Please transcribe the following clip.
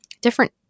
different